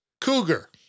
Cougar